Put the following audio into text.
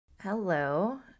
Hello